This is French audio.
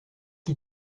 qui